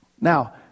Now